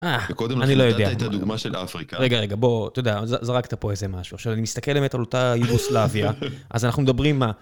קודם לכן, אתה היית דוגמא של אפריקה. רגע, רגע, בוא, אתה יודע, זרקת פה איזה משהו, עכשיו, אני מסתכל באמת על אותה יוגוסלביה, אז אנחנו מדברים מה?